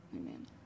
Amen